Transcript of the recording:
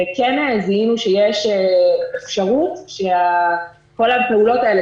וכן הבינו שיש אפשרות שכל הפעולות האלה